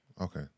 Okay